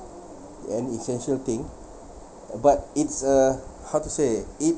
an essential thing uh but it's a how to say it